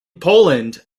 poland